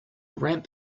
ramp